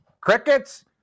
Crickets